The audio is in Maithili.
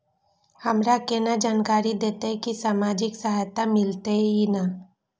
हमरा केना जानकारी देते की सामाजिक सहायता मिलते की ने?